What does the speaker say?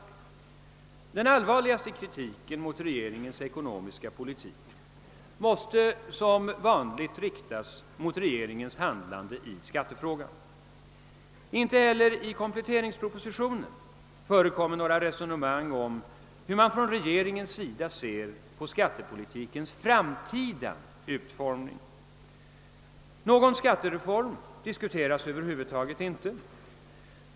Den allvarligaste kritiken mot regeringens ekonomiska politik måste som vanligt riktas mot regeringens handlande i skattefrågan. Inte heller i kompletteringspropositionen förekommer några resonemang om hur regeringen ser på skattepolitikens framtida utformning. Någon skattereform diskuteras över huvud taget inte.